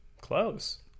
close